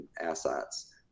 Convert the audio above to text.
assets